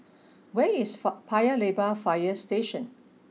where is fa Paya Lebar Fire Station